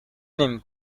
نمی